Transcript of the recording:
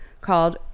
called